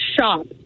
shop